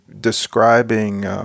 describing